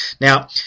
Now